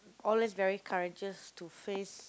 always very courageous to face